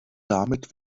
damit